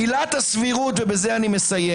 עילת הסבירות, ובזה אני מסיים